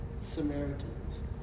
Samaritans